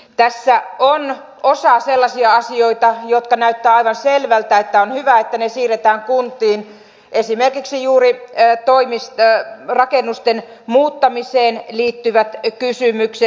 tässä osa on sellaisia asioita joissa näyttää aivan selvältä että on hyvä että ne siirretään kuntiin esimerkiksi juuri rakennusten muuttamiseen liittyvät kysymykset